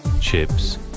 chips